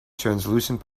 translucent